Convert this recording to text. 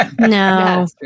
No